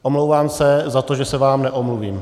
Omlouvám se za to, že se vám neomluvím.